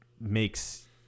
makes